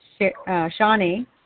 Shawnee